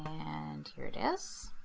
and here it is.